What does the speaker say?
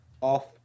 off